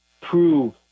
prove